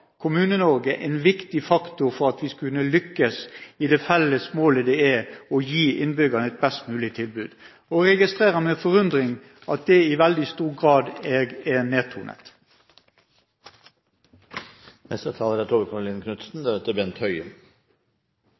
en viktig faktor for at vi kunne lykkes i det felles målet det er å gi innbyggerne et best mulig tilbud. Jeg registrerer med forundring at det i veldig stor grad er nedtonet. Flere av høyrepartienes representanter har snakket om hvor viktig det er